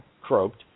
croaked